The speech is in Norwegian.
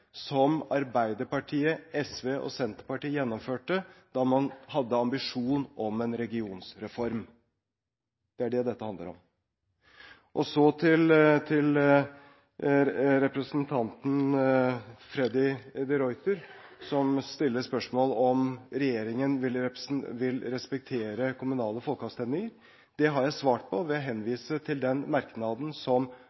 som Arbeiderpartiet, SV og Senterpartiet gjennomførte da man hadde ambisjon om en regionreform. Det er det dette handler om. Så til representanten Freddy de Ruiter, som stiller spørsmål om hvorvidt regjeringen vil respektere kommunale folkeavstemninger. Det har jeg svart på ved å